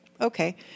okay